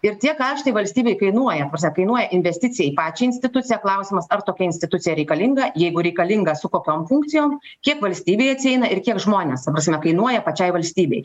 ir tie kaštai valstybei kainuoja ta prasme kainuoja investicija į pačią instituciją klausimas ar tokia institucija reikalinga jeigu reikalinga su kokiom funkcijom kiek valstybei atsieina ir kiek žmonės ta prasme kainuoja pačiai valstybei